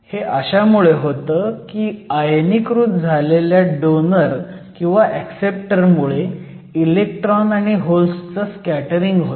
हे अशामुळे होतं की आयनीकृत झालेल्या डोनर किंवा ऍक्सेप्टर मुळे इलेक्ट्रॉन आणि होल्सचं स्कॅटरिंग होतं